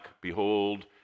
behold